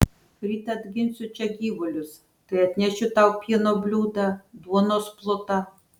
ryt atginsiu čia gyvulius tai atnešiu tau pieno bliūdą duonos plutą